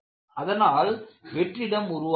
அதனால் வெற்றிடம் உருவாகிறது